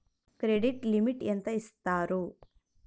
Credit limit ఎంత ఇస్తారు?